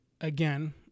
again